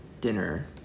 dinner